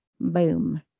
Boom